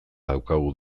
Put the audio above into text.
daukagu